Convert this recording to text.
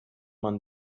man